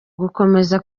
gukomeza